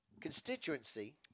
constituency